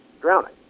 drowning